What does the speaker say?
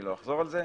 אני לא אחזור על זה.